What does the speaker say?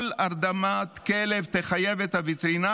כל הרדמת כלב תחייב את הווטרינר